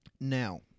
now